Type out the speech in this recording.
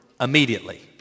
immediately